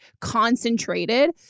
concentrated